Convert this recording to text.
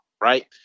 right